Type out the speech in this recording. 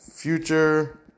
Future